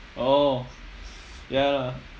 oh ya lah